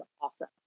awesome